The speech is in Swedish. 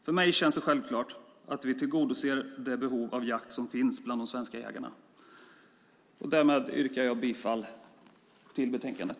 För mig känns det självklart att vi tillgodoser det behov av jakt som finns bland de svenska jägarna. Därmed yrkar jag bifall till utskottets förslag i betänkandet.